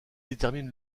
détermine